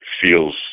feels